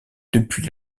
depuis